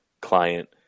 client